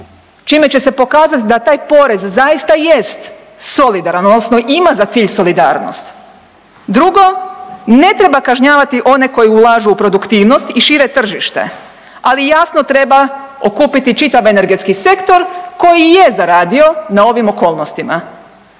čime će se pokazat da taj porez zaista jest solidaran odnosno ima za cilj solidarnost. Drugo, ne treba kažnjavati one koji ulažu u produktivnost i šire tržište, ali jasno treba okupiti čitav energetski sektor koji je zaradio na ovim okolnostima.